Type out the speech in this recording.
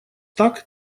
так